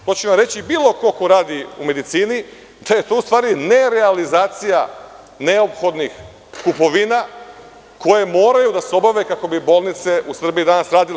To će vam reći bilo ko ko radi u medicini, to je u stvari nerealizacija neophodnih kupovina koje moraju da se obave kako bi bolnice u Srbiji danas radile.